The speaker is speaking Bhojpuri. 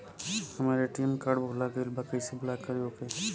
हमार ए.टी.एम कार्ड भूला गईल बा कईसे ब्लॉक करी ओके?